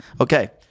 Okay